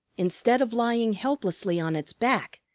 instead of lying helplessly on its back,